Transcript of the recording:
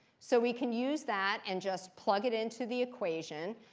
so we can use that and just plug it into the equation.